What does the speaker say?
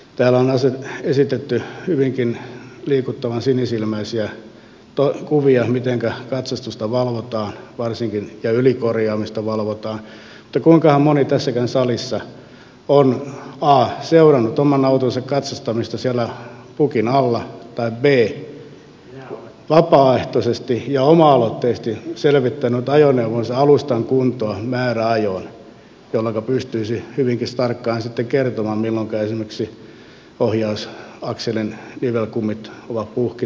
täällä on esitetty hyvinkin liikuttavan sinisilmäisiä kuvia siitä mitenkä katsastusta ja ylikorjaamista valvotaan mutta kuinkahan moni tässäkään salissa on a seurannut oman autonsa katsastamista siellä pukin alla tai b vapaaehtoisesti ja oma aloitteisesti selvittänyt ajoneuvonsa alustan kuntoa määräajoin jolloinka pystyisi hyvinkin tarkkaan sitten kertomaan milloinka esimerkiksi ohjausakselin nivelkumit ovat puhki